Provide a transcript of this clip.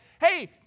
Hey